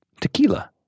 Tequila